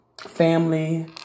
family